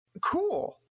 Cool